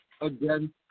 Again